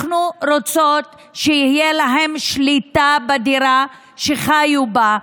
אנחנו רוצות שתהיה להם שליטה בדירה שחיו בה,